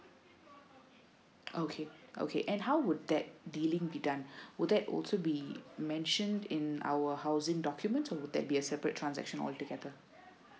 okay okay and how would that dealing be done would that also be mentioned in our housing document or will that be a separate transaction all together